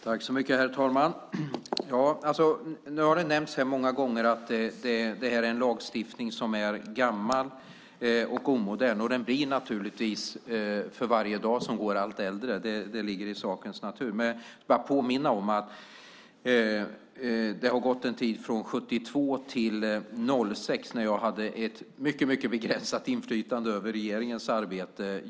Herr talman! Nu har det nämnts här många gånger att detta är en lagstiftning som är gammal och omodern. Den blir allt äldre för varje dag som går; det ligger i sakens natur. Men jag vill bara påminna om att det har gått en tid från 1972 till 2006 när jag hade ett mycket begränsat inflytande över regeringens arbete.